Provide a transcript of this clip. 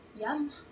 Yum